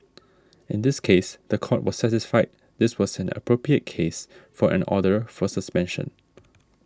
in this case the Court was satisfied this was an appropriate case for an order for suspension